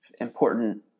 important